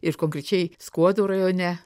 ir konkrečiai skuodo rajone